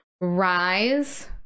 rise